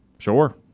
Sure